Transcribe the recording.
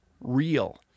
real